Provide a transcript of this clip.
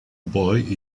boy